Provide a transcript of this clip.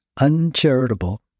uncharitable